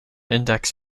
index